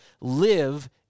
live